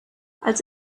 als